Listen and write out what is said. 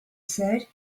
said